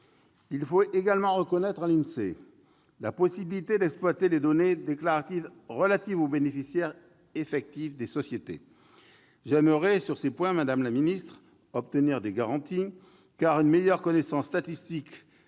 Il faut également reconnaître à l'INSEE la possibilité d'exploiter les données déclaratives relatives aux bénéficiaires effectifs des sociétés. Sur ces points, madame la secrétaire d'État, j'aimerais obtenir des garanties, car une meilleure connaissance statistique